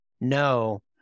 no